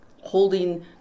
holding